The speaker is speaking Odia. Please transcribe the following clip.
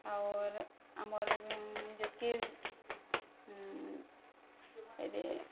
ଅର୍ ଆମର୍ ଯେତ୍କି ଏଇ ଦେ